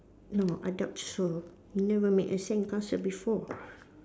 no I doubt so you never make a sandcastle before